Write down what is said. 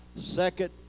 second